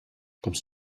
kommst